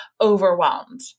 overwhelmed